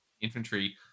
infantry